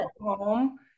home